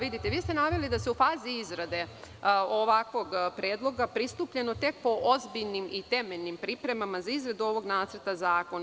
Vi ste naveli da se u fazi izradi ovakvog predloga pristupljeno po ozbiljnim i temeljnim pripremama za izradu ovog nacrta zakona.